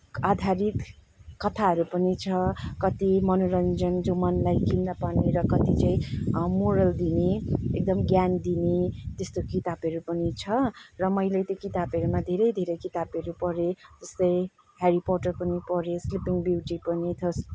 आधारित कथाहरू पनि छ कति मनोरञ्जन जो मनलाई खिन्न पार्ने र कति चाहिँ मोरल दिने एकदम ज्ञान दिने त्यस्तो किताबहरू पनि छ र मैले त्यो किताबहरूमा धेरै धेरै किताबहरू पढेँ जस्तै हेरी पोर्टर पनि पढेँ स्लिपिङ ब्युटी पनि